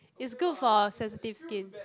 it's good for sensitive skin